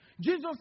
Jesus